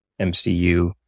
MCU